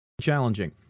challenging